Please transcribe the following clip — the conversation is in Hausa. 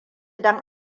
don